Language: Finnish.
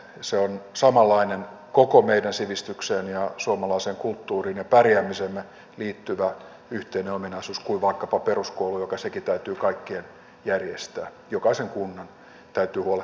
se on samanlainen koko meidän sivistykseemme ja suomalaiseen kulttuuriimme ja pärjäämiseemme liittyvä yhteinen ominaisuus kuin vaikkapa peruskoulu joka sekin täytyy kaikkien järjestää jokaisen kunnan täytyy huolehtia peruskoulutuksesta